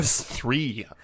Three